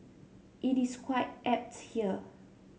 it is quite apt here